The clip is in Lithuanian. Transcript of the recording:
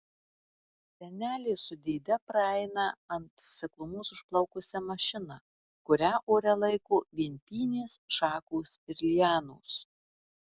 senelė su dėde praeina ant seklumos užplaukusią mašiną kurią ore laiko vien pynės šakos ir lianos